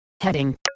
Heading